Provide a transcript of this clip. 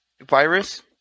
virus